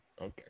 Okay